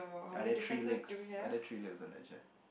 are there three legs are there three legs on that chair